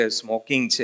smoking